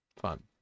Fun